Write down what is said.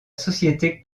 société